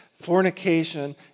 fornication